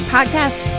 Podcast